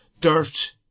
dirt